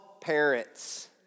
parents